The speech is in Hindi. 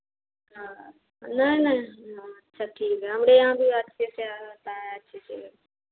हाँ हाँ नहीं नहीं अच्छा ठीक है हमारे यहाँ भी अच्छे से आ जाता है ठीके है